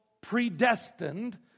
predestined